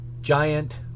giant